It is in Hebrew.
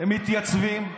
הם מתייצבים,